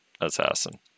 assassin